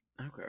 Okay